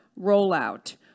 rollout